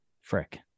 frick